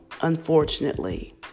unfortunately